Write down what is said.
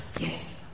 Yes